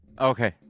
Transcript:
Okay